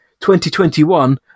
2021